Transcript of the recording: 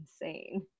Insane